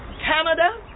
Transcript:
Canada